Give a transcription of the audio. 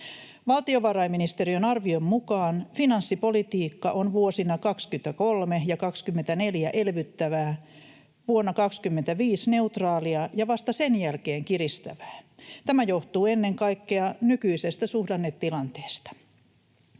Valtiovarainministeriön arvion mukaan finanssipolitiikka on vuosina 23 ja 24 elvyttävää, vuonna 25 neutraalia ja vasta sen jälkeen kiristävää. Tämä johtuu ennen kaikkea nykyisestä suhdannetilanteesta.